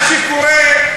מה שקורה,